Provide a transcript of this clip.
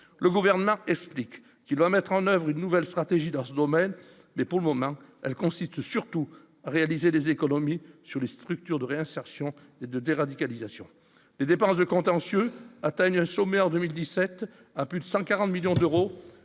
le gouvernement explique qu'il doit mettre en oeuvre une nouvelle stratégie dans ce domaine, mais pour le moment, elle constitue surtout réaliser des économies sur les structures de réinsertion et de déradicalisation les dépenses de contentieux atteignent le sommaire 2017 à plus de 140 millions d'euros,